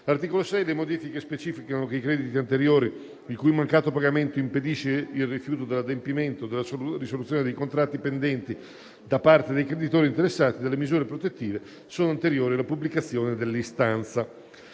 All'articolo 6 vi sono le modifiche specifiche ai crediti anteriori, il cui mancato pagamento impedisce il rifiuto dell'adempimento della risoluzione dei contratti pendenti da parte dei creditori interessati dalle misure protettive che sono anteriori alla pubblicazione dell'istanza.